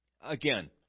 Again